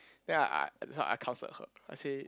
then I I that's why I counselled her I say